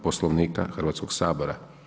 Poslovnika Hrvatskog sabora.